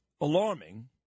alarming